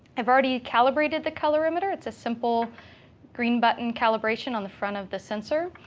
i've already calibrated the colorimeter. it's a simple green-button calibration on the front of the sensor.